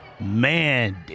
man